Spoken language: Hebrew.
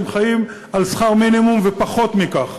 הם חיים על שכר מינימום ופחות מכך,